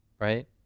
right